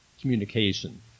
communication